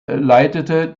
leitete